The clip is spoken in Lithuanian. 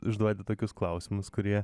užduodi tokius klausimus kurie